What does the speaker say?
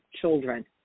children